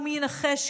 ומי ינחש,